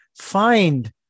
find